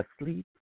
asleep